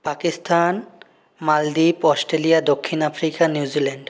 পাকিস্তান মালদ্বীপ অস্ট্রেলিয়া দক্ষিণ Africa New Zealand